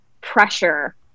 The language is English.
pressure